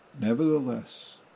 Nevertheless